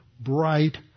bright